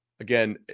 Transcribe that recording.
Again